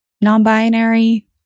non-binary